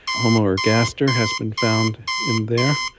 homo ergaster has been found in there,